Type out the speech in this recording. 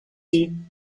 sie